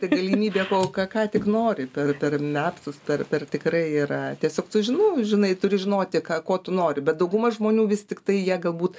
tai galimybė kol ką ką tik nori per per metus per per tikrai yra tiesiog sužinojau žinai turi žinoti ką ko tu nori bet dauguma žmonių vis tiktai jie galbūt